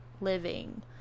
living